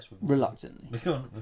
reluctantly